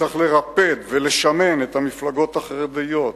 צריך לרפד ולשמן את המפלגות החרדיות.